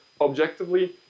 objectively